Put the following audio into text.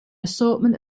assortment